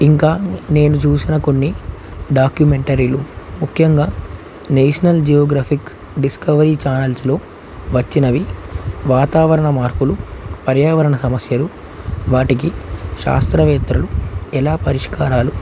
ఇంకా నేను చూసిన కొన్ని డాక్యుమెంటరీలు ముఖ్యంగా నేషనల్ జియోగ్రఫిక్ డిస్కవరీ ఛానల్స్లో వచ్చినవి వాతావరణ మార్పులు పర్యావరణ సమస్యలు వాటికి శాస్త్రవేత్తలు ఎలా పరిష్కారాలు